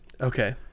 okay